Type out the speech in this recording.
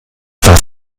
das